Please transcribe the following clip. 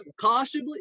cautiously